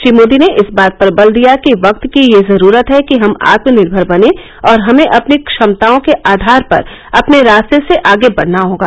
श्री मोदी ने इस बात पर बल दिया कि वक्त की यह जरूरत है कि हम आत्मनिर्भर बनें और हमें अपनी क्षमताओं के आधार पर अपने रास्ते से आगे बढना होगा